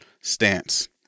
stance